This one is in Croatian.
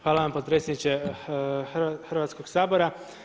Hvala vam potpredsjedniče Hrvatskog sabora.